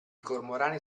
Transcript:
cormorani